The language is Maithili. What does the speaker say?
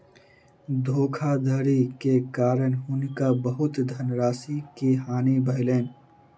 धोखाधड़ी के कारण हुनका बहुत धनराशि के हानि भेलैन